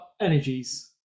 energies